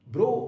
Bro